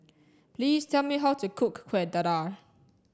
please tell me how to cook Kueh Dadar